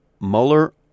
Mueller